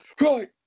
Right